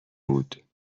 بود